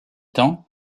temps